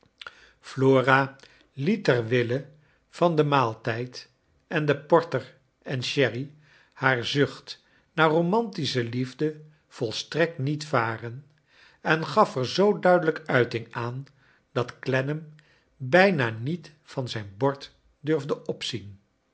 flora liet ter wille van den maaltijd en de porter en sherry haar zucht naar romantische liefde volstrokt niet vaxen en gaf er zoo duidelrjk uiting aan dat clennam bijna niet van zijn bord durfde opzien